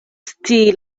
scii